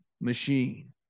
machine